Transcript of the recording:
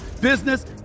business